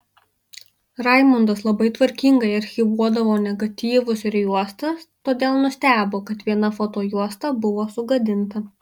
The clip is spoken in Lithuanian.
raimundas labai tvarkingai archyvuodavo negatyvus ir juostas todėl nustebo kad viena fotojuosta buvo sugadinta